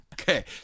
Okay